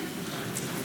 מהעץ.